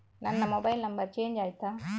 ನನ್ನ mobile number change ಆಯ್ತಾ?